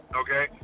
okay